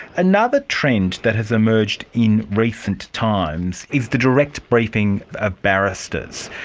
another trend that has emerged in recent times is the direct briefing of barristers.